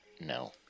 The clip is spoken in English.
No